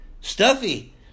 Stuffy